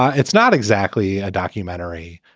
it's not exactly a documentary,